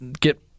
get